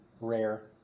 rare